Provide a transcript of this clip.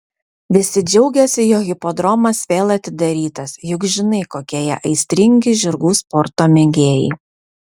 visi džiaugiasi jog hipodromas vėl atidarytas juk žinai kokie jie aistringi žirgų sporto mėgėjai